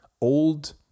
old